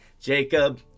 Jacob